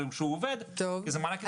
אבל כשהוא עובד הוא מופיע בביטוח הלאומי.